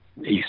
East